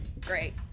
Great